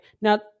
Now